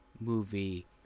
movie